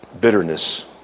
bitterness